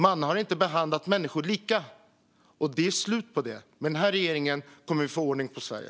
Man har inte behandlat människor lika. Det är slut på det nu. Med den här regeringen kommer vi att få ordning på Sverige.